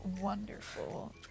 Wonderful